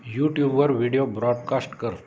युट्यूबवर video broadcast कर